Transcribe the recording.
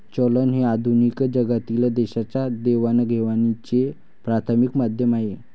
चलन हे आधुनिक जगातील देशांच्या देवाणघेवाणीचे प्राथमिक माध्यम आहे